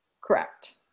Correct